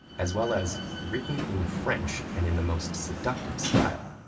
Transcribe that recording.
as well as written in french, and in the most seductive style.